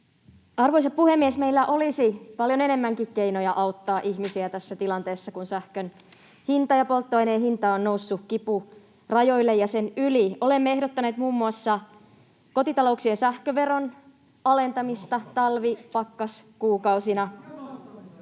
Arvoisa puhemies! Meillä olisi paljon enemmänkin keinoja auttaa ihmisiä tässä tilanteessa, kun sähkön hinta ja polttoaineen hinta ovat nousseet kipurajoille ja sen yli. Olemme ehdottaneet muun muassa kotitalouksien sähköveron alentamista talvipakkaskuukausina.